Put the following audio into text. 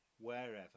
wherever